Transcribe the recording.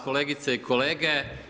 Kolegice i kolege.